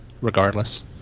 regardless